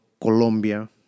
Colombia